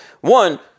One